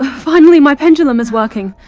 finally, my pendulum is working!